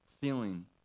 feeling